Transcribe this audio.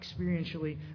experientially